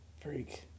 Freak